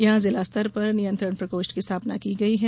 यहां जिला स्तर पर नियंत्रण प्रकोष्ठ की स्थापना की गई है